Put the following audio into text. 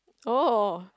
oh